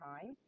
time